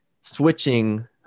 switching